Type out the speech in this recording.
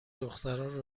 دخترا